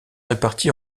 répartis